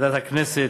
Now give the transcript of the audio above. לוועדת הכנסת,